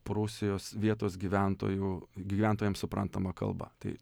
prūsijos vietos gyventojų gyventojams suprantama kalba tai